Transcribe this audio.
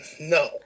No